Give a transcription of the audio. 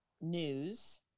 News